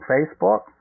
Facebook